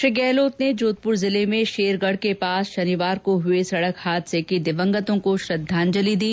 श्री गहलोत ने जोधपुर जिले में शेरगढ के पास शनिवार को हुए सड़क हादसे के दिवंगतों को श्रद्वांजलि दी